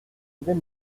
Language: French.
avait